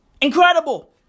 Incredible